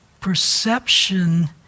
perception